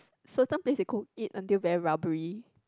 certain place they cook eat until very rubbery